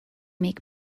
make